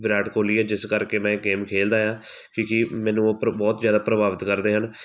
ਵਿਰਾਟ ਕੋਹਲੀ ਹੈ ਜਿਸ ਕਰਕੇ ਮੈਂ ਇਹ ਗੇਮ ਖੇਡਦਾ ਹਾਂ ਕਿਉਂਕਿ ਮੈਨੂੰ ਉਹ ਪ੍ਰ ਬਹੁਤ ਜ਼ਿਆਦਾ ਪ੍ਰਭਾਵਿਤ ਕਰਦੇ ਹਨ